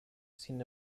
sin